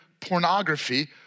pornography